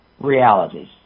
realities